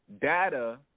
data